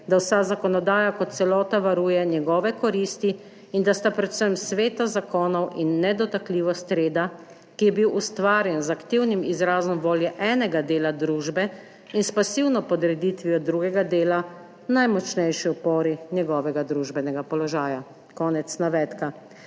da vsa zakonodaja kot celota varuje njegove koristi in da sta predvsem sveta zakonov in nedotakljivost reda, ki je bil ustvarjen z aktivnim izrazom volje enega dela družbe in s pasivno podreditvijo drugega dela, najmočnejši upori njegovega družbenega položaja.« Konec navedka.